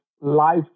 life